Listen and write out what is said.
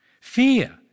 Fear